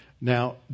Now